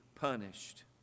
punished